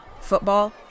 football